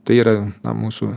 tai yra na mūsų